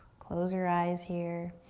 close your eyes here.